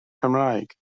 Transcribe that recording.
cymraeg